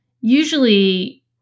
usually